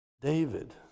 David